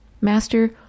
Master